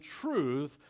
truth